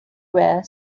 wear